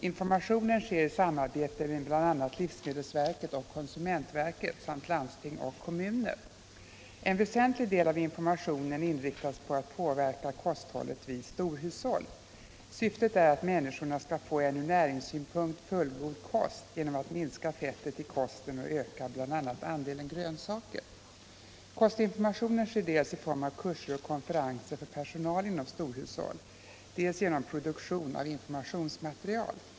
Informationen sker i samarbete med bl.a. livsmedelsverket och konsumentverket samt landsting och kommuner. En väsentlig del av informationen inriktas på att påverka kosthållet vid storhushåll. Syftet är att människorna skall få en från näringssynpunkt fullgod kost genom att minska fettet i kosten och öka bl.a. andelen grönsaker. Kostinformationen sker dels i form av kurser och konferenser för personal inom storhushåll, dels genom produktion av informationsmaterial.